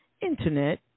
Internet